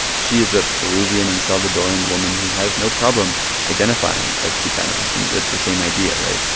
she is a peruvian and salvadoran woman who has no problem identifying as chicana. and that's the same idea, right?